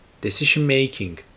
decision-making